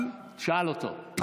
תשאל אותו.